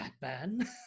Batman